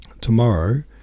Tomorrow